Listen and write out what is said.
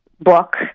book